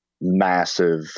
massive